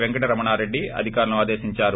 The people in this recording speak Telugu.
పెంకటరమణారెడ్డి అధికారులను ఆదేశించారు